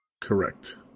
Correct